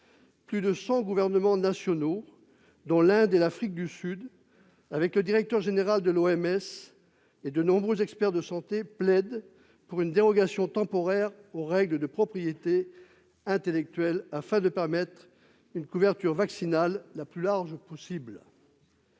Plus de cent gouvernements nationaux, dont l'Inde et l'Afrique du Sud, avec le directeur général de l'Organisation mondiale de la santé, l'OMS, et de nombreux experts de santé, plaident pour une dérogation temporaire aux règles de propriété intellectuelle, afin de permettre une couverture vaccinale la plus large possible.